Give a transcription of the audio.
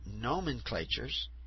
nomenclatures